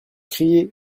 crier